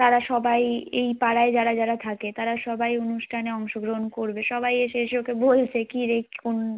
তারা সবাই এই পাড়ায় যারা যারা থাকে তারা সবাই অনুষ্ঠানে অংশগ্রহণ করবে সবাই এসে এসে ওকে বলছে কী রে কোন